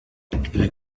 ibi